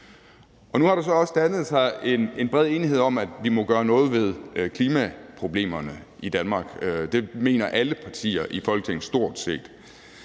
nu har der så også dannet sig en bred enighed om, at vi må gøre noget ved klimaproblemerne i Danmark. Det mener alle partier i Folketinget stort set,